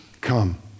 come